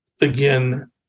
Again